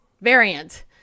variant